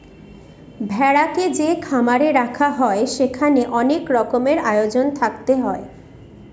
ভেড়াকে যে খামারে রাখা হয় সেখানে অনেক রকমের আয়োজন থাকতে হয়